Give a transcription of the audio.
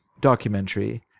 documentary